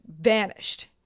vanished